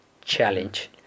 challenge